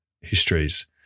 histories